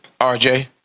RJ